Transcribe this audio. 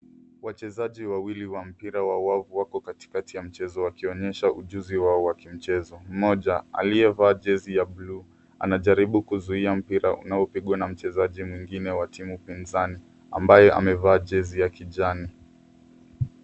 Wachezaji wawili wa mpira wa wavu wako katikati ya mchezo wakionyesha ujuzi wao wakimchezo. Mmoja aliye vaa jersy ya bluu anajaribu kuzuia mpira unao pigwa na mchezaji mwingine wa timu pinzani ambaye amevaa jersey ya kijani.